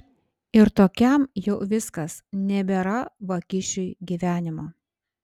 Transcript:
ir tokiam jau viskas nebėra vagišiui gyvenimo